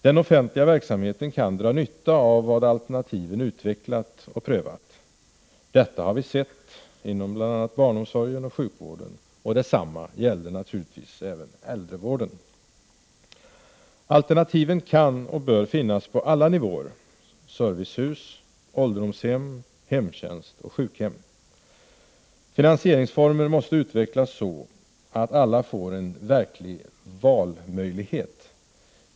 Den offentliga verksamheten kan dra nytta av vad alternativen utvecklat och prövat. Detta har vi sett inom bl.a. barnomsorgen och sjukvården. Detsamma gäller naturligtvis även äldrevården. Alternativen kan och bör finnas på alla nivåer: servicehus, ålderdomshem, hemtjänst och sjukhem. Finansieringsformer måste utvecklas så att alla får en verklig valmöjlighet.